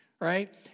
Right